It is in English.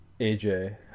AJ